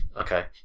Okay